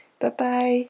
Bye-bye